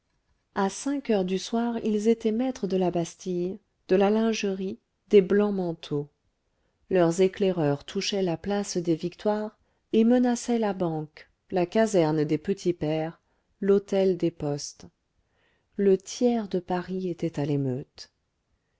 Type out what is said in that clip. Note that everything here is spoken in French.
à cinq heures du soir ils étaient maîtres de la bastille de la lingerie des blancs-manteaux leurs éclaireurs touchaient la place des victoires et menaçaient la banque la caserne des petits pères l'hôtel des postes le tiers de paris était à l'émeute